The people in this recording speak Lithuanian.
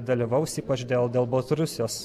dalyvaus ypač dėl dėl baltarusijos